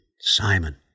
Simon